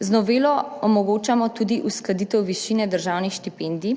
Z novelo omogočamo tudi uskladitev višine državnih štipendij,